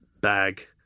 bag